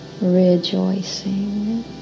rejoicing